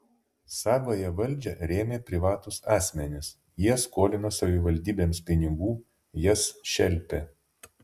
savąją valdžią rėmė privatūs asmenys jie skolino savivaldybėms pinigų jas šelpė